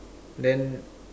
then